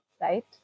right